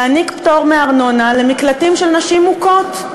להעניק פטור מארנונה למקלטים לנשים מוכות.